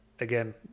again